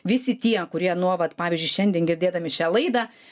visi tie kurie nu o vat pavyzdžiui šiandien girdėdami šią laidą